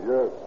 Yes